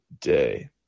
day